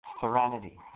serenity